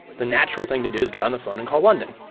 the natural thing to do is get on the phone and call london.